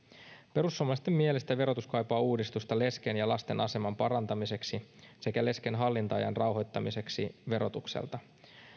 perussuomalaisten mielestä verotus kaipaa uudistusta lesken ja lasten aseman parantamiseksi sekä lesken hallinta ajan rauhoittamiseksi verotukselta